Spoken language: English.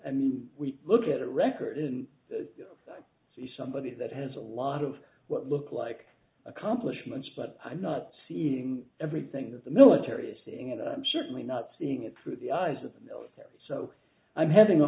i mean we look at a record isn't somebody that has a lot of what look like accomplishments but i'm not seeing everything that the military is seeing and certainly not seeing it through the eyes of the military so i'm having a